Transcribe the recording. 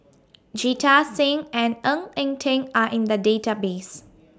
Jita Singh and Ng Eng Teng Are in The Database